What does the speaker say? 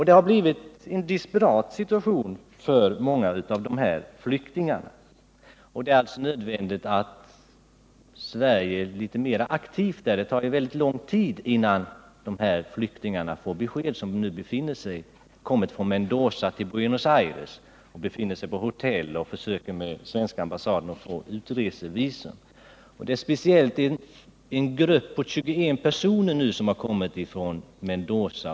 Det har blivit en desperat situation för många av dessa flyktingar, och det är därför nödvändigt att Sverige agerar något mera aktivt. Det tar mycket lång tid innan det lämnas något besked till de flyktingar som nu kommit från Mendoza till Buenos Aires. De upphåller sig där på hotell och försöker att genom den svenska ambassaden få inresevisum till Sverige. Det är speciellt en grupp på 21 personer som kommit från Mendoza och som är aktuell.